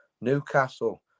Newcastle